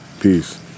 peace